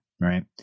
right